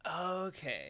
Okay